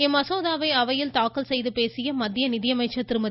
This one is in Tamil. இம்மாசோதாவை அவையில் தாக்கல் செய்து பேசிய மத்திய நிதியமைச்சா் திருமதி